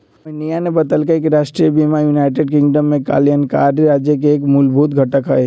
मोहिनीया ने बतल कई कि राष्ट्रीय बीमा यूनाइटेड किंगडम में कल्याणकारी राज्य के एक मूलभूत घटक हई